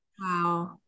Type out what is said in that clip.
wow